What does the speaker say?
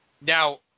Now